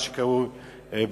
מה שקרוי ברוקראז'